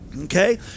okay